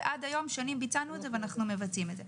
ועד היום שנים ביצענו את זה ואנחנו מבצעים את זה.